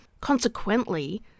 Consequently